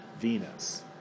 Venus